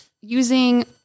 using